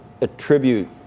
attribute